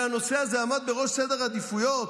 הנושא הזה היה בראש סדר העדיפויות?